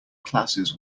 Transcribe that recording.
classes